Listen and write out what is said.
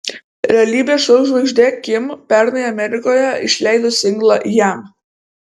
realybės šou žvaigždė kim pernai amerikoje išleido singlą jam